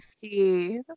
see